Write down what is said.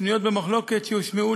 שנויות במחלוקת שהושמעו,